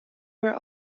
were